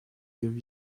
give